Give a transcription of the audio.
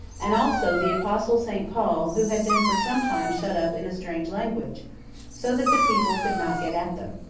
and also the apostle saint paul, who had been for some time shut up in a strange language so that the people could not get at them.